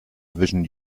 vision